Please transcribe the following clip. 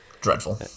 dreadful